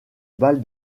balle